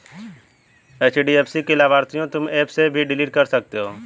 HDFC की लाभार्थियों तुम एप से भी डिलीट कर सकते हो